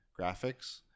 graphics